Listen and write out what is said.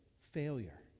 failure